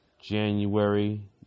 January